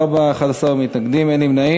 בעד, 54, 11 מתנגדים, אין נמנעים.